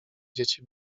dzieci